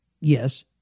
Yes